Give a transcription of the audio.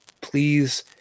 please